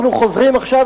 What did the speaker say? אנחנו חוזרים עכשיו,